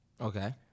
Okay